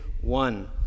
one